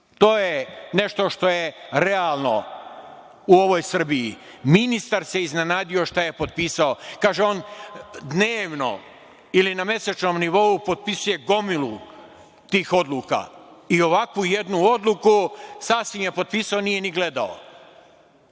to je nešto što je realno u ovoj Srbiji. Ministar se iznenadio šta je potpisao. Kaže on, dnevno ili na mesečnom nivou potpisuje gomilu tih odluka i ovakvu jednu odluku sasvim je potpisao, nije ni gledao. Ne